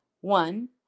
One